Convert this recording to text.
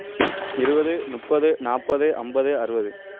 இருபது முப்பது நாற்பது ஐம்பது அறுபது